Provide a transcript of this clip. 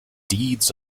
deeds